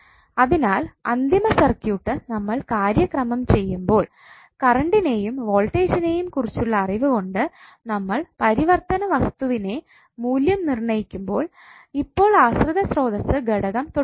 അതിനാൽ അന്തിമ സർക്യൂട്ട് നമ്മൾ കാര്യക്രമം ചെയുമ്പോൾ കറണ്ട്നേയും വോൾട്ടേജ്നേയും കുറിച്ചുള്ള അറിവ് കൊണ്ട് നമ്മൾ പരിവർത്തന വസ്തുവിനെ മൂല്യം നിർണയിക്കുമ്പോൾ ഇപ്പോൾ ആശ്രിത സ്രോതസ്സ് ഘടകം തൊട്ടിട്ടില്ല